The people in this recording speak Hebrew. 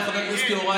חבר הכנסת מיקי לוי,